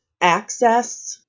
access